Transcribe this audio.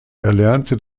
erlernte